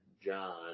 John